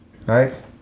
Right